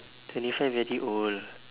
twenty five very old